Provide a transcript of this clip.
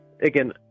Again